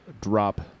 drop